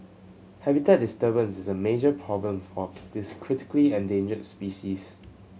habitat disturbance is a major problem for this critically endangered species